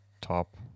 top